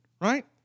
right